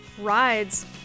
rides